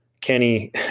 kenny